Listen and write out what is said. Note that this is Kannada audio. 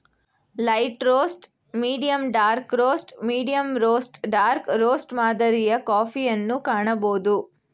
light roast, medium dark roast, medium roast dark roast ಮಾದರಿಯ ಕಾಫಿಯನ್ನು ಕಾಣಬೋದು